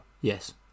Yes